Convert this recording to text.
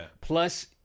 plus